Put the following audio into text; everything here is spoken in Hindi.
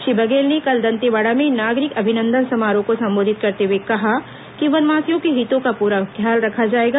श्री बघेल ने कल दंतेवाड़ा में नागरिक अभिनंदन समारोह को संबोधित करते हुए कहा कि वनवासियों के हितों का पूरा ख्याल रखा जाएगा